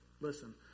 listen